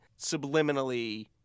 subliminally